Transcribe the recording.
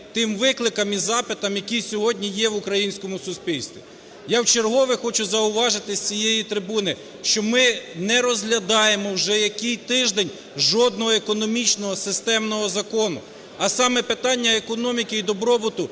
тим викликам і запитам, які сьогодні є в українському суспільстві. Я в чергове хочу зауважити з цієї трибуни, що ми не розглядаємо вже який тиждень жодного економічного системного закону, а саме питання економіки і добробуту